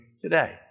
today